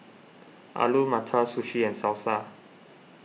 Alu Matar Sushi and Salsa